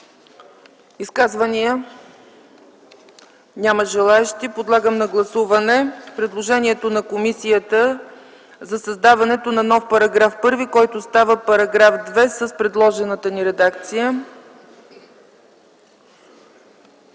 изказвания? Няма. Подлагам на гласуване предложението на комисията за създаването на нов § 1, който става § 2 с предложената ни редакция.